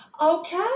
Okay